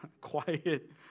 quiet